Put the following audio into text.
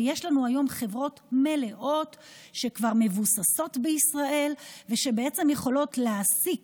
ויש לנו היום חברות מלאות שכבר מבוססות בישראל ויכולות להעסיק